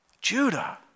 Judah